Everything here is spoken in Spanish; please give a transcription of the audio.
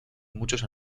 muchos